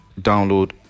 Download